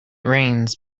rains